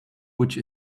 which